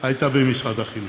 הייתה במשרד החינוך.